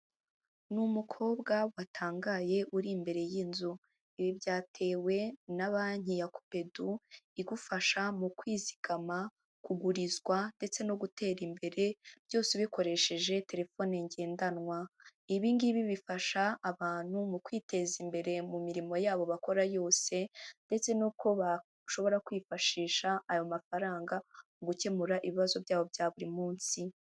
Ni umukobwa batangaye uri imbere y'inzu. Ibi byatewe na banki ya Copedu igufasha mu kwizigama, kugurizwa ndetse no gutera imbere byose ubikoresheje telefone ngendanwa ibi ngibi bifasha abantu mu kwiteza imbere mu mirimo yabo bakora yose ndetse n'uko bashobora kwifashisha ayo mafaranga mu gukemura ibibazo byabo bya buri munsi.